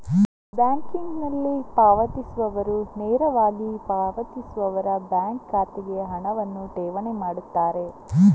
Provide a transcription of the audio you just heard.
ಬ್ಯಾಂಕಿಂಗಿನಲ್ಲಿ ಪಾವತಿಸುವವರು ನೇರವಾಗಿ ಪಾವತಿಸುವವರ ಬ್ಯಾಂಕ್ ಖಾತೆಗೆ ಹಣವನ್ನು ಠೇವಣಿ ಮಾಡುತ್ತಾರೆ